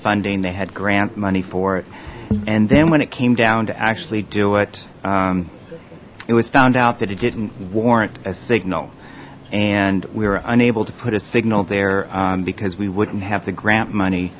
funding they had grant money for it and then when it came down to actually do it it was found out that it didn't warrant a signal and we were unable to put a signal there because we wouldn't have the grant money